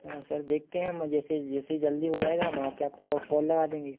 हाँ सर देखते हैं हम जैसे जैसे ही जल्दी हो जाएगा हम आके आपको कॉल लगा देंगे